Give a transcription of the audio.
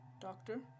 Doctor